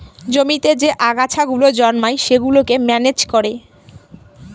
জমিতে যে আগাছা গুলো জন্মায় সেগুলোকে ম্যানেজ করে